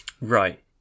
right